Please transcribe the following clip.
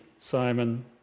Simon